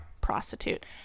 Prostitute